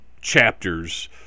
chapters